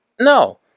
no